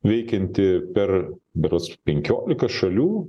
veikianti per berods penkiolika šalių